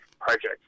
project